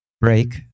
break